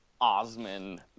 Osman